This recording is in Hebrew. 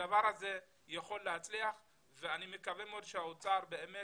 הדבר הזה יכול להצליח ואני מקווה מאוד שהאוצר באמת